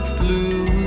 blue